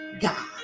God